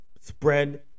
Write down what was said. spread